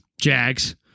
Jags